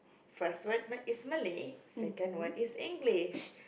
first word is Malay second one is English